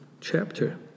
chapter